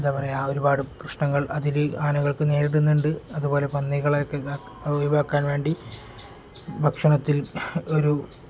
എന്താ പറയുക ഒരുപാട് പ്രശ്നങ്ങൾ അതിൽ ആനകൾക്ക് നേരിടുന്നുണ്ട് അതുപോലെ പന്നികളൊക്കെ ഒഴിവാക്കാൻ വേണ്ടി ഭക്ഷണത്തിൽ ഒരു